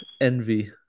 envy